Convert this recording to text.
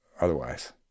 otherwise